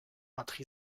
entre